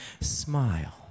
smile